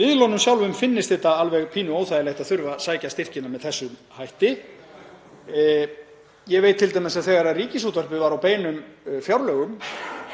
miðlunum sjálfum finnist það alveg svolítið óþægilegt að þurfa að sækja styrki með þessum hætti. Ég veit t.d. að þegar Ríkisútvarpið var á beinum fjárlögum